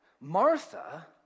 Martha